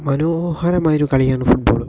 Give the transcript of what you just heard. മനോഹരമായ ഒരു കളിയാണ് ഫുട്ബോള്